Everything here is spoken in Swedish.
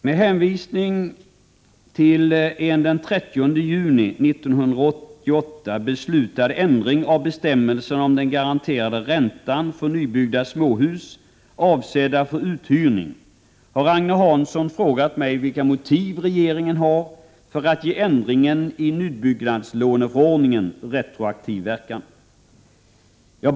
Herr talman! Med hänvisning till en av den 30 juni 1988 beslutad ändring av bestämmelserna om den garanterade räntan för nybyggda småhus avsedda för uthyrning har Agne Hansson frågat mig vilka motiv regeringen har för att ge ändringen i nybyggnadslåneförordningen retroaktiv verkan.